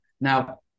Now